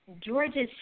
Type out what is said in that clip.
Georgia